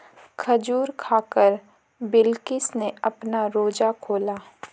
खजूर खाकर बिलकिश ने अपना रोजा खोला